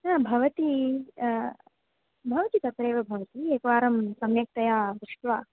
हा भवति भवति तत्रैव भवति एकवारं सम्यक्तया दृष्ट्वा